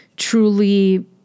Truly